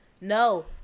No